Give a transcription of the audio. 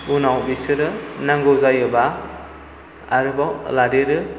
उनाव बिसोर नांगौ जायोब्ला आरोबाव लादेरो